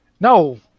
No